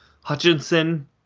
Hutchinson